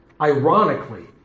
Ironically